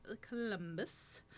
Columbus